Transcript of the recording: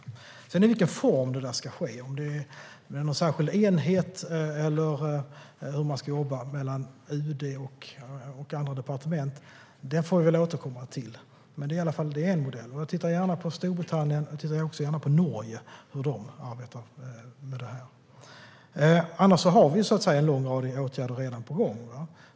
Sedan får vi väl återkomma till i vilken form det ska ske, om det ska vara någon särskild enhet och hur man ska jobba mellan UD och andra departement, men det är i alla fall en modell. Jag tittar gärna på hur Storbritannien och Norge arbetar med det här. Annars har vi redan en lång rad åtgärder på gång.